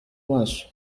maso